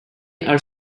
are